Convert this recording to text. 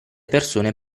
persone